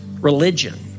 religion